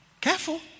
Careful